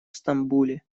стамбуле